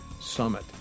summit